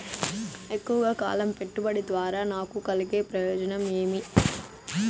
ఎక్కువగా కాలం పెట్టుబడి ద్వారా నాకు కలిగే ప్రయోజనం ఏమి?